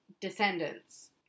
descendants